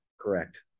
Correct